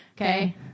Okay